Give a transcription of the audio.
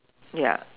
ya